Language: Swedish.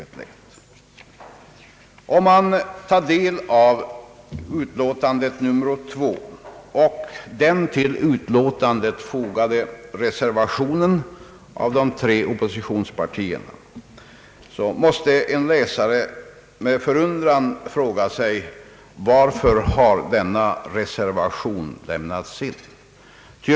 En läsare som tar del av utlåtande nr 1 och den till utlåtandet fogade reservationen av de tre oppositionspartierna måste med förundran fråga sig: Varför har denna reservation lämnats?